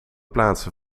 plaatsen